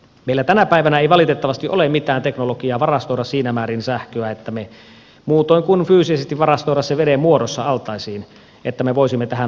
meillä tänä päivänä ei valitettavasti ole mitään teknologiaa varastoida siinä määrin sähköä muutoin kuin fyysisesti varastoida sen veden muodossa altaisiin että me voisimme tähän ongelmaan ratkaisua löytää